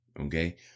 Okay